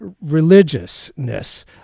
religiousness